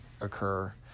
occur